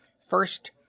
First